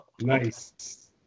Nice